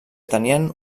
tenien